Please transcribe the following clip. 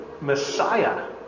Messiah